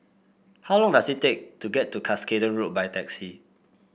how long does it take to get to Cuscaden Road by taxi